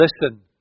listen